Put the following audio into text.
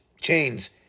chains